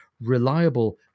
reliable